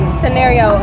scenario